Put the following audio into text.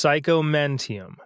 Psychomantium